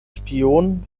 spion